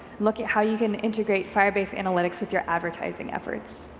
look at how you can integrate firebase analytics with your advertising efforts.